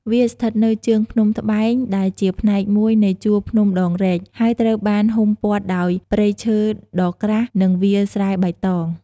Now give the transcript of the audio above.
វាស្ថិតនៅជើងភ្នំត្បែង ដែលជាផ្នែកមួយនៃជួរភ្នំដងរ៉ែក ហើយត្រូវបានហ៊ុមព័ទ្ធដោយព្រៃឈើដ៏ក្រាស់ និងវាលស្រែបៃតង។